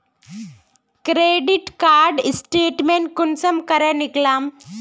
Credit card statement कुंसम करे निकलाम?